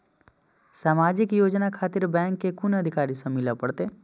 समाजिक योजना खातिर बैंक के कुन अधिकारी स मिले परतें?